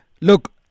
Look